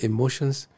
Emotions